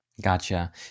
gotcha